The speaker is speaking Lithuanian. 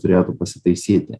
turėtų pasitaisyti